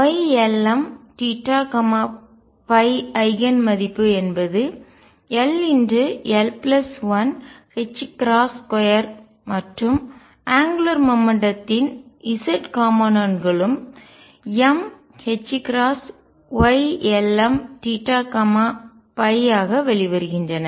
Ylmθϕ ஐகன்மதிப்பு என்பது ll12 மற்றும் அங்குலார் மொமெண்ட்டம் த்தின் கோண உந்தம் z காம்போனென்ட் களும் கூறு m Ylmθϕஆக வெளிவருகின்றன